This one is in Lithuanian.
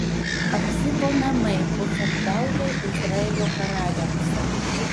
achzibo namai bus apgaulė izraelio karaliams